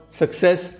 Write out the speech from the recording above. success